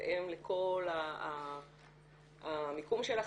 בהתאם לכל המיקום שלך,